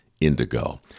indigo